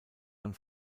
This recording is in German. man